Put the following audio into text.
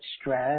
stress